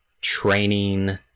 training